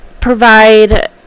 provide